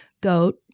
Goat